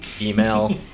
email